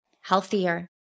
healthier